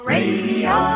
Radio